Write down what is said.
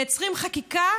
מייצרים חקיקה